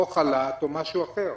או חל"ת או משהו אחר.